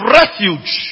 refuge